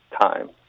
time